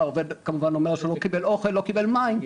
הוא כמובן אומר שהוא לא קיבל אוכל ולא קיבל מים.